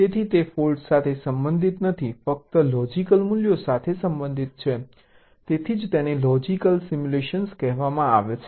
તેથી તે ફોલ્ટ્સ સાથે સંબંધિત નથી ફક્ત લોજીક મૂલ્યો સાથે સંબંધિત છે તેથી જ તેને લોજીક સિમ્યુલેશન કહેવામાં આવે છે